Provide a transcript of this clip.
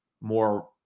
more